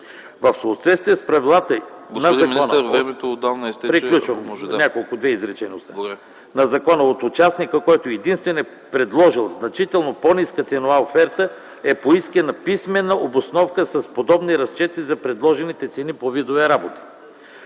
В съответствие с правилата на закона от участника, който е предложил значително по-ниска ценова оферта, е поискана писмена обосновка с подробни разчети за предложените цени по видове работи.